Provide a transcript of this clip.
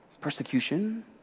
persecution